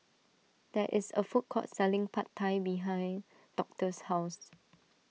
there is a food court selling Pad Thai behind Doctor's house